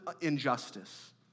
injustice